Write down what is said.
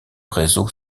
réseau